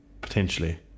potentially